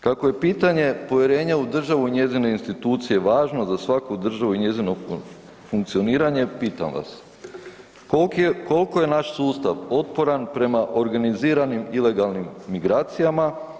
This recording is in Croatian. Kako je pitanje povjerenja u državu i njezine institucije važno, za svaku državu i njezino funkcioniranje, pitam vas, koliko je naš sustav otporan prema organiziranim ilegalnim migracijama?